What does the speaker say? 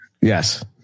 Yes